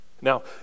Now